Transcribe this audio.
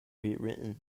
rewritten